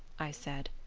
i said,